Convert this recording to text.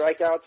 strikeouts